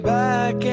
back